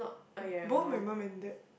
both my mum and dad